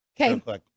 Okay